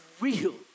real